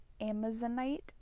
Amazonite